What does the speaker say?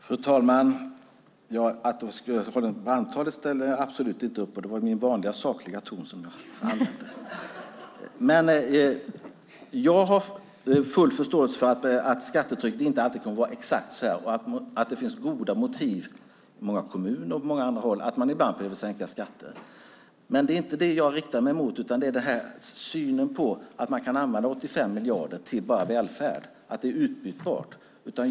Fru talman! Att jag skulle ha hållit ett brandtal ställer jag absolut inte upp på. Det var min vanliga sakliga ton som jag använde. Jag har full förståelse för att skattetrycket inte alltid kommer att vara så här och att det finns goda motiv i många kommuner och på många andra håll för att man ibland behöver sänka skatter. Det är inte det jag riktar mig mot utan synen på att man kan använda 85 miljarder bara till välfärd och att det är utbytbart.